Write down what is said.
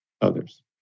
others